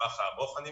יש